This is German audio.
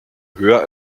höher